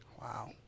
wow